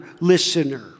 listener